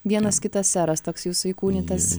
vienas kitas seras toks jūsų įkūnytas